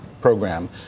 program